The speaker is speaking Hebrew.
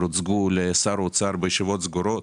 אשר הוצגו לשר האוצר בישיבות סגורות.